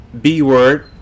B-word